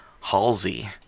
halsey